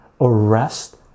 arrest